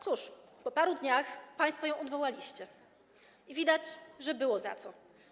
Cóż, po paru dniach państwo ją odwołaliście i widać, że było za co.